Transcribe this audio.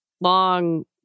long